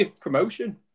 promotion